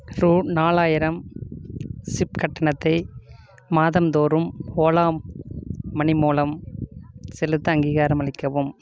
ரூநாலாயிரம் SIP கட்டணத்தை மாதந்தோறும் Ola Money மூலம் செலுத்த அங்கீகாரம் அளிக்கவும்